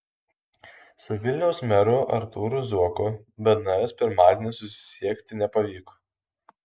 su vilniaus meru artūru zuoku bns pirmadienį susisiekti nepavyko